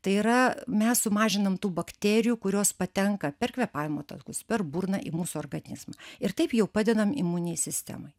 tai yra mes sumažinam tų bakterijų kurios patenka per kvėpavimo takus per burną į mūsų organizmą ir taip jau padedam imuninei sistemai